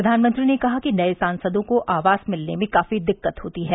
प्रधानमंत्री ने कहा कि नये सांसदों को आवास मिलने में काफी दिक्कत होती है